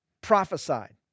prophesied